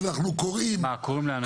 אנחנו קוראים לאנשים.